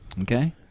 Okay